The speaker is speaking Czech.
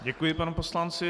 Děkuji panu poslanci.